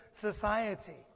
society